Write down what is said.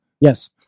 Yes